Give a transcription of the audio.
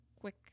quick